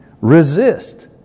resist